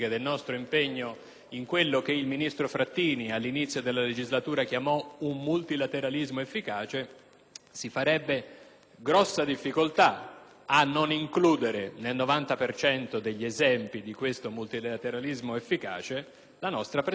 ci sarebbe una grossa difficoltà a non includere, nel novanta per cento degli esempi di questo multilateralismo efficace, la nostra presenza e la partecipazione alle missioni internazionali decretate da organismi regionali o internazionali.